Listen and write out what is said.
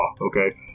Okay